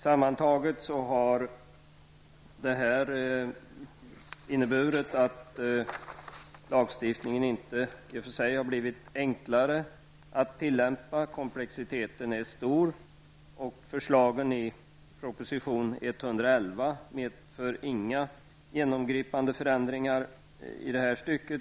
Sammantaget har detta inte inneburit att lagstiftningen i och för sig har blivit enklare att tillämpa. Komplexiteten är stor. Förslagen i propositionen 111 medför inga genomgripande förändringar i det här avseendet.